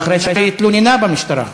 אחרי שהיא התלוננה במשטרה.